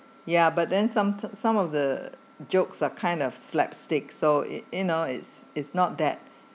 ya but then some some of the jokes are kind of slapstick so it you know is is not that